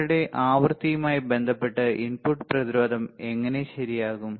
നിങ്ങളുടെ ആവൃത്തിയുമായി ബന്ധപ്പെട്ട് ഇൻപുട്ട് പ്രതിരോധം എങ്ങനെ ശരിയാകും